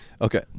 Okay